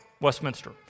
Westminster